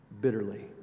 bitterly